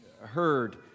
heard